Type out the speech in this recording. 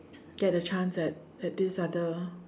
get a chance at at this other